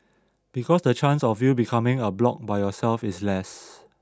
because the chance of you becoming a bloc by yourself is less